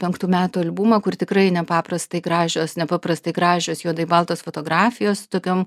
penktų metų albumą kur tikrai nepaprastai gražios nepaprastai gražios juodai baltos fotografijos tokiom